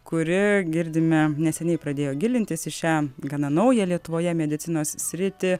kuri girdime neseniai pradėjo gilintis į šią gana naują lietuvoje medicinos sritį